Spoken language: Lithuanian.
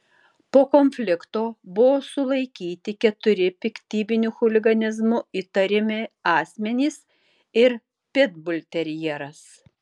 po konflikto buvo sulaikyti keturi piktybiniu chuliganizmu įtariami asmenys ir pitbulterjeras